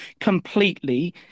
completely